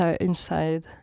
inside